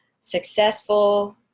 successful